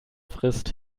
frisst